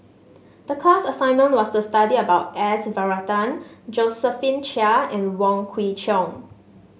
the class assignment was to study about S Varathan Josephine Chia and Wong Kwei Cheong